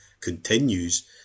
continues